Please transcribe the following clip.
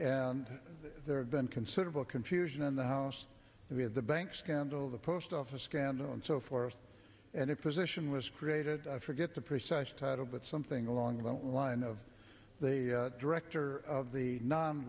and there had been considerable confusion in the house we had the bank scandal the post office scandal and so forth and a position was created i forget the precise title but something along the line of the director of the non